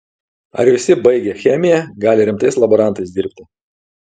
ar visi baigę chemiją gali rimtais laborantais dirbti